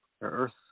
Earth